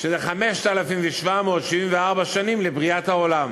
שזה 5,774 שנים לבריאת העולם.